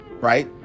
right